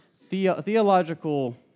theological